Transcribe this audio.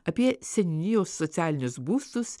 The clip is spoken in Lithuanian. apie seniūnijos socialinius būstus